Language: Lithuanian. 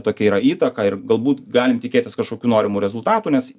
tokia yra įtaka ir galbūt galim tikėtis kažkokių norimų rezultatų nes